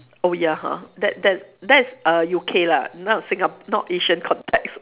oh ya ha that that that's uh U_K lah not singa~ not asian context